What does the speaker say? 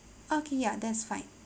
okay ya that's fine